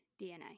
DNA